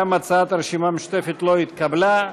גם הצעת הרשימה המשותפת לא התקבלה.